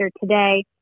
today